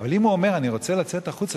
אבל אם הוא בא ואומר: אני רוצה לצאת החוצה,